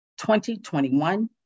2021